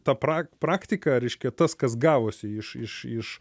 ta prak praktika reiškia tas kas gavosi iš iš iš